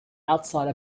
outside